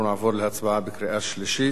אנחנו נעבור להצבעה בקריאה שלישית.